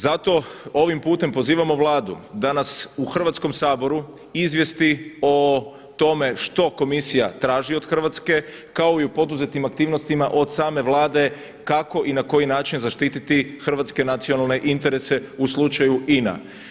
Zato ovim putem pozivamo Vladu da nas u Hrvatskom saboru izvijesti o tome što komisija traži od Hrvatske kao i u poduzetim aktivnostima od same Vlade kako i na koji način zaštititi hrvatske nacionalne interese u slučaju INA.